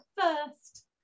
first